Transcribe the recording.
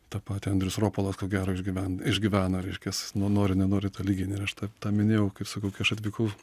tą patį andrius ropolas ko gero išgyven išgyvena reiškias nu nori nenori tu lygini ir aš tą tą minėjau kaip sakau kai aš atvykau